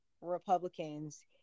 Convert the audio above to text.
Republicans